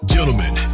Gentlemen